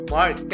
Mark